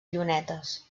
llunetes